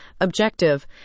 objective